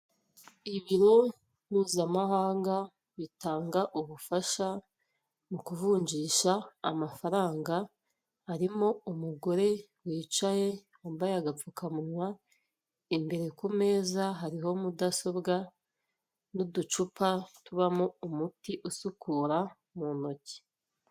Ibiro mpuzamahanga bitanga ubufasha mu kuvunjisha amafaranga harimo umugore wicaye wambaye agapfukamunwa, imbere ku meza hariho mudasobwa n'uducupa tubamo umuti usukura mu ntoki.